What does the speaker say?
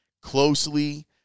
closely